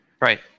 Right